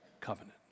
covenant